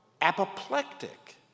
apoplectic